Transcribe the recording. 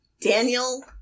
Daniel